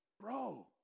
Bro